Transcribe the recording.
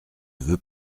veut